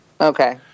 Okay